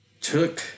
took